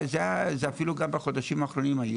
אפילו בחודשים האחרונים גם היו.